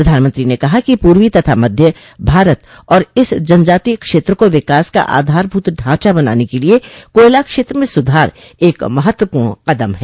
प्रधानमंत्री ने कहा कि पूर्वी तथा मध्य भारत और इस जनजातीय क्षेत्र को विकास का आधारभूत ढांचा बनाने के लिए कोयला क्षेत्र में सुधार एक महत्वपूर्ण कदम है